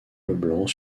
leblanc